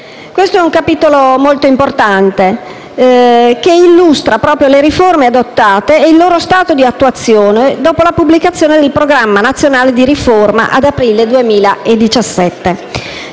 europea. È un capitolo molto importante che illustra le riforme adottate e il loro stato di attuazione dopo la pubblicazione del Programma nazionale di riforma ad aprile 2017,